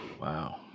Wow